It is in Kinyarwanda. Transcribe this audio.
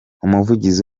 umuvugizi